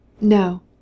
No